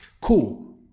Cool